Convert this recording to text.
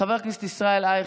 חבר הכנסת ישראל אייכלר,